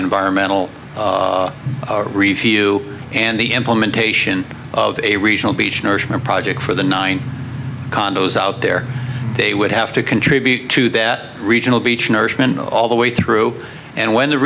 environmental review and the implementation of a regional beach nourishment project for the nine condos out there they would have to contribute to that regional beach nourishment all the way through and when the